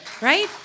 right